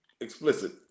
explicit